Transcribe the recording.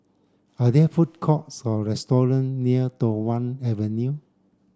are there food courts or restaurant near Tho Wan Avenue